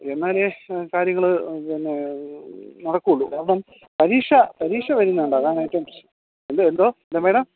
എന്നാലേ കാര്യങ്ങൾ പിന്നെ നടക്കുവൊള്ളു കാരണം പരീക്ഷ പരീക്ഷ വരുന്നോണ്ടാ അതാണ് ഏറ്റവും പ്രശ്നം എന്തോ എന്നാ മേഡം